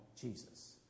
Jesus